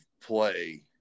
play